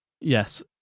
Yes